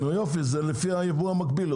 זה לפי הייבוא המקביל.